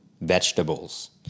vegetables